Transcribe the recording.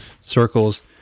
circles